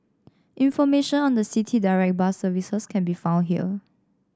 information on the City Direct bus services can be found here